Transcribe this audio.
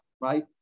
Right